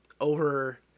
over